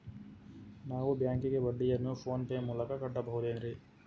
ನಾವು ಬ್ಯಾಂಕಿಗೆ ಬಡ್ಡಿಯನ್ನು ಫೋನ್ ಪೇ ಮೂಲಕ ಕಟ್ಟಬಹುದೇನ್ರಿ?